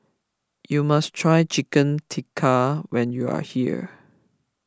you must try Chicken Tikka when you are here